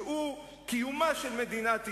שהוא קיומה של מדינת ישראל,